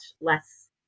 less